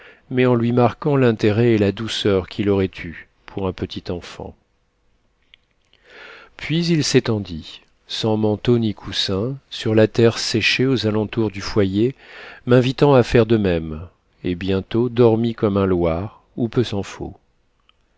mais en lui marquant l'intérêt et la douceur qu'il aurait eus pour un petit enfant puis il s'étendit sans manteau ni coussins sur la terre séchée aux alentours du foyer m'invitant à faire de même et bientôt dormit comme un loir ou peu s'en faut